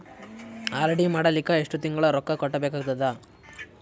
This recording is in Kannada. ಆರ್.ಡಿ ಮಾಡಲಿಕ್ಕ ಎಷ್ಟು ತಿಂಗಳ ರೊಕ್ಕ ಕಟ್ಟಬೇಕಾಗತದ?